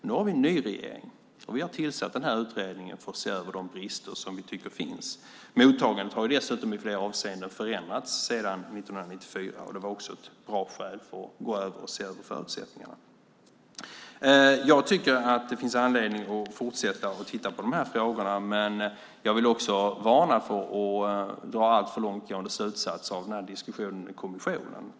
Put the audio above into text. Nu har vi en ny regering, och vi har tillsatt den här utredningen för att se över de brister som vi tycker finns. Mottagandet har dessutom i flera avseenden förändrats sedan 1994, och det var också ett bra skäl för att se över förutsättningarna. Jag tycker att det finns anledning att fortsätta att titta på de här frågorna, men jag vill också varna för att dra alltför långtgående slutsatser av den här diskussionen i kommissionen.